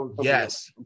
yes